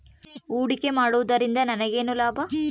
ಹೂಡಿಕೆ ಮಾಡುವುದರಿಂದ ನನಗೇನು ಲಾಭ?